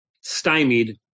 stymied